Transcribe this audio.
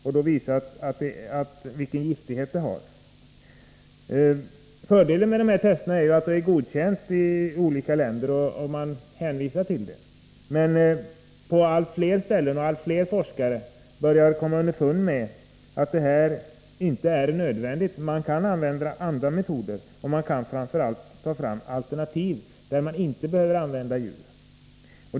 Då har man fått fram vilken giftighet medlet har. Fördelen med dessa tester är att de är godkända i många länder — man hänvisar till dessa tester. Men på allt fler håll och bland allt fler forskare börjar man komma underfund med att denna försöksmetod inte är nödvändig, man kan använda andra metoder. Framför allt kan man ta fram alternativ där man inte behöver använda sig av djur.